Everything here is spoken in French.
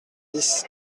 dix